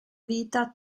vita